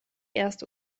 erste